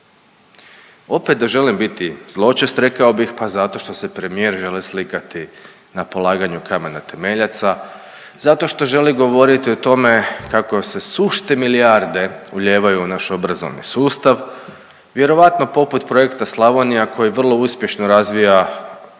Opet da želim biti zločest rekao bih pa zato što se premijer želi slikati na polaganju kamena temeljaca, zato što želi govoriti o tome kako se sušte milijarde ulijevaju u naš obrazovni sustav vjerojatno poput projekta Slavonija koji vrlo uspješno razvija